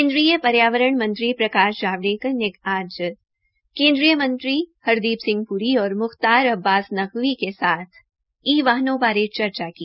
केन्द्रीय पर्यावरण मंत्री प्रकाश जावड़ेर ने आज केन्द्रीय मंत्री हरदीप प्री और म्ख्तार अब्बास नकवी के साथ ई वाहनों बारे चर्चा की